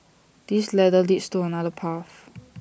this ladder leads to another path